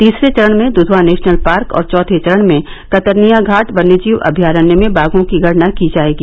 तीसरे चरण में दुधवा नेशनल पार्क और चौथे चरण में कतर्निया घाट वन्यजीव अभयारण्य में बाघों की गणना की जाएगी